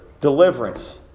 deliverance